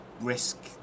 risk